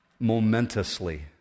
momentously